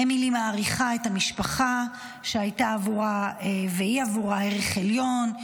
אמילי מעריכה את המשפחה, והיא עבורה ערך עליון.